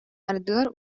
ардыгар